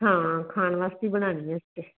ਹਾਂ ਖਾਣ ਵਾਸਤੇ ਹੀ ਬਣਾਉਣੀ ਹੈ ਅਸੀਂ ਤਾਂ